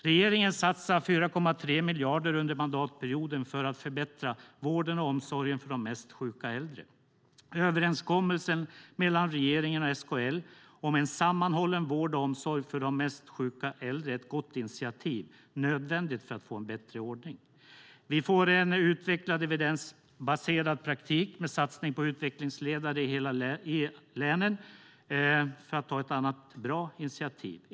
Regeringen satsar 4,3 miljarder under mandatperioden för att förbättra vården och omsorgen för de mest sjuka äldre. Överenskommelsen mellan regeringen och SKL om en sammanhållen vård och omsorg för de mest sjuka äldre är ett gott initiativ - nödvändigt för att få en bättre ordning. Vi får en utvecklad evidensbaserad praktik, med satsning på utvecklingsledare i länen, för att nämna ett annat bra initiativ.